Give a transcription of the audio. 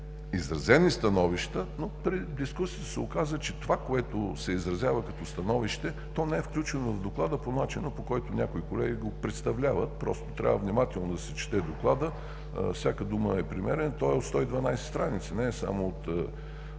изразени становища, но при дискусията се оказа, че това, което се изразява като становище, не е включено в Доклада по начина, по който някои колеги го представляват. Трябва внимателно да се чете докладът, всяка дума е при мен, той е от 112 страници, не е само от